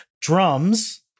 Drums